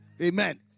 Amen